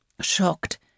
shocked